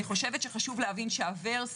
הווירס